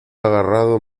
agarrado